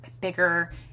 bigger